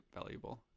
valuable